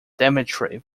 daventry